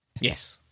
Yes